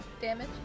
damage